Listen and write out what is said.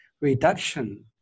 reduction